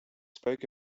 spoke